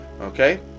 okay